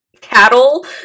cattle